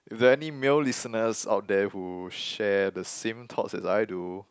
there any male listeners out there who share the same thoughts as I do